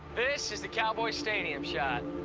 this is the cowboy stadium shot.